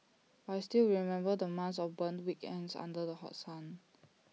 but I still remember the months of burnt weekends under the hot sun